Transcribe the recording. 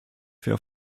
fair